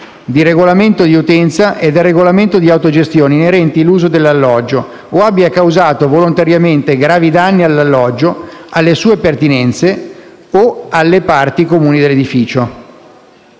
di regolamento di utenza e del regolamento di autogestione inerenti l'uso dell'alloggio, o abbia causato volontariamente gravi danni all'alloggio, alle sue pertinenze o alle parti comuni dell'edificio».